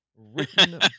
Written